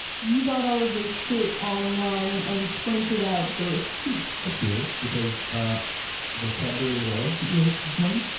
you bought all of your shit online and printed out the receipts. that's weird because ah those cadbury little eggs that you ate this morning,